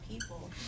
people